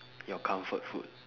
your comfort food